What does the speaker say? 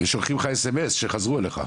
ושולחים לך סמס שחזרו אליך,